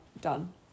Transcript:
done